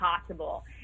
possible